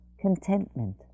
contentment